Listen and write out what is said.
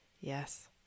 Yes